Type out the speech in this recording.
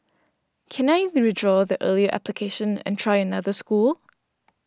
can I withdraw the earlier application and try another school